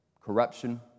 corruption